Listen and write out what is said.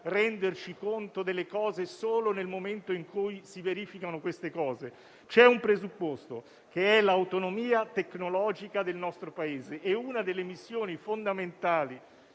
renderci conto delle cose solo nel momento in cui si verificano. C'è un presupposto, che è l'autonomia tecnologica del nostro Paese; una delle missioni fondamentali